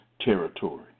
territory